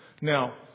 Now